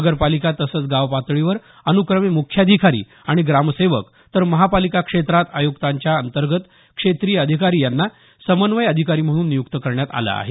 नगरपालिका तसंच गाव पातळीवर अनुक्रमे मुख्याधिकारी आणि ग्रामसेवक तर महापालिका क्षेत्रात आयुक्तांच्या अंतर्गत क्षेत्रीय अधिकारी यांना समन्वय अधिकारी म्हणून नियुक्त करण्यात आले आहे